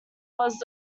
was